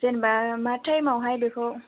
जेनबा मा टाइमावहाय बेखौ